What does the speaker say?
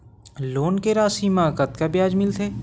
Loan के राशि मा कतका ब्याज मिलथे?